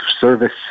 service